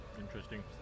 Interesting